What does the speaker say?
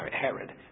Herod